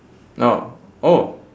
now oh